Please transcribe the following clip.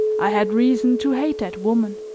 i had reason to hate that woman,